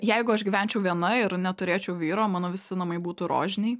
jeigu aš gyvenčiau viena ir neturėčiau vyro mano visi namai būtų rožiniai